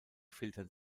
filtern